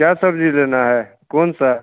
क्या सब्जी लेना है कौन सा